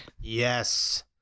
Yes